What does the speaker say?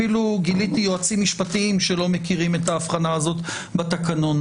אפילו גיליתי יועצים משפטיים שלא מכירים את ההבחנה הזו בתקנון.